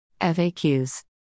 FAQs